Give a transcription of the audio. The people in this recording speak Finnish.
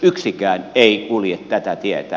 yksikään ei kulje tätä tietä